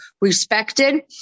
respected